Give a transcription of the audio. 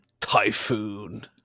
Typhoon